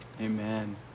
Amen